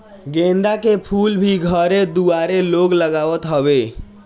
गेंदा के फूल भी घरे दुआरे लोग लगावत हवे